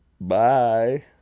bye